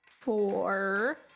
Four